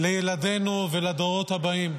לילדינו ולדורות הבאים.